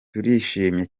turishimye